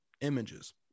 images